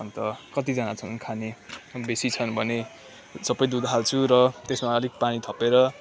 अन्त कतिजना छन् खाने बेसी छन् भने सबै दुध हाल्छु र त्यसमा अलिक पानी थपेर